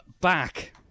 back